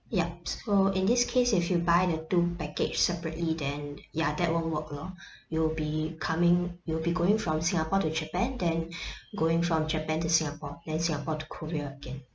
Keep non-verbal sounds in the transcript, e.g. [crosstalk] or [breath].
yup so in this case if you buy the two package separately then ya that won't work lor you'll be coming you'll be going from singapore to japan then [breath] going from japan to singapore then singapore to korea again